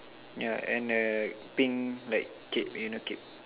yeah and a pink like cape you know cape